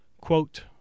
Quote